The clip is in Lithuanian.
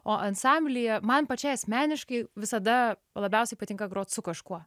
o ansamblyje man pačiai asmeniškai visada labiausiai patinka grot su kažkuo